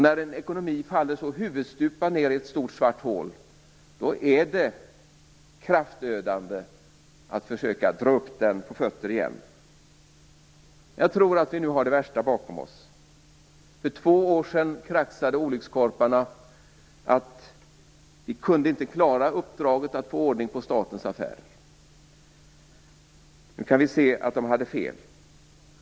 När en ekonomi faller så huvudstupa ned i ett stort svart hål är det kraftödande att försöka dra upp den på fötter igen. Jag tror att vi nu har det värsta bakom oss. För två år sedan kraxade olyckskorparna om att vi inte kunde klara uppdraget att få ordning på statens affärer. Nu kan vi se att de hade fel.